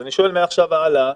אני שואל מעכשיו והלאה,